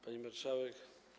Pani Marszałek!